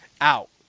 out